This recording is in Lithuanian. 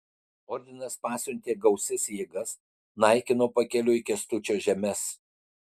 ordinas pasiuntė gausias jėgas naikino pakeliui kęstučio žemes